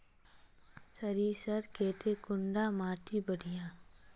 सरीसर केते कुंडा माटी बढ़िया?